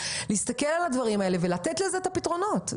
זה להסתכל על הדברים האלה ולתת להם פתרונות.